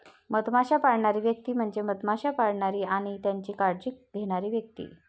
मधमाश्या पाळणारी व्यक्ती म्हणजे मधमाश्या पाळणारी आणि त्यांची काळजी घेणारी व्यक्ती